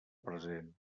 present